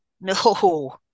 no